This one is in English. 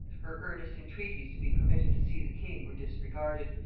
her earnest entreaties to be permitted to see the king were disregarded,